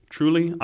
Truly